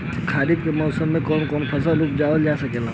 खरीफ के मौसम मे कवन कवन फसल उगावल जा सकेला?